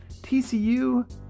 TCU